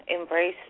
embrace